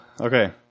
Okay